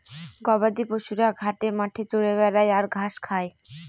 গবাদি পশুরা ঘাটে মাঠে চরে বেড়ায় আর ঘাস খায়